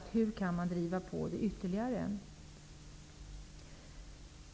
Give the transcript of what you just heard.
men hur kan man driva på det ytterligare?